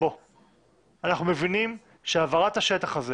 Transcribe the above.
אנחנו מבינים שהעברת השטח הזה